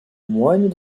moines